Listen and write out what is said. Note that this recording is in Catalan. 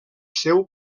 seu